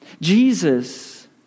Jesus